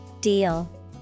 deal